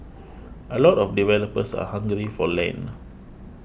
a lot of developers are hungry for land